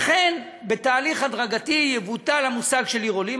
לכן, בתהליך הדרגתי יבוטל המושג של עיר עולים.